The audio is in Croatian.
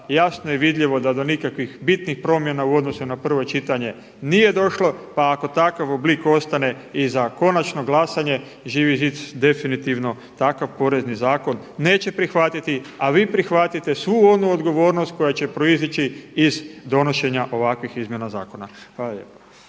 jasno je i vidljivo da do nikakvih bitnih promjena u odnosu na prvo čitanje nije došlo pa ako takav oblik ostane i za konačno glasanje Živi zid definitivno takav Porezni zakon neće prihvatiti. A vi prihvatite svu onu odgovornost koja će proizaći iz donošenja ovakvih izmjena zakon.